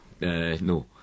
no